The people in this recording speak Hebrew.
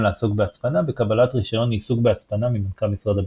לעסוק בהצפנה בקבלת רישיון עיסוק בהצפנה ממנכ"ל משרד הביטחון.